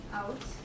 out